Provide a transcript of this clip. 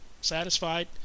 satisfied